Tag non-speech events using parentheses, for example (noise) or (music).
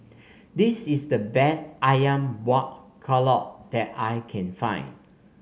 this is the (noise) best ayam Buah Keluak that I can find